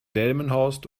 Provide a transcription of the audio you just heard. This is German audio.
delmenhorst